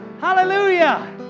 Hallelujah